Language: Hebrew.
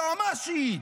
היועמ"שית.